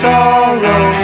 Sorrow